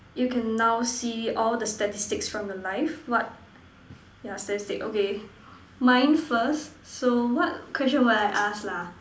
you can now see all the statistics from your life what yeah statistics okay mine first so what question will I ask lah